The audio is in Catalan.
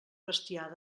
bestiar